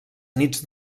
nits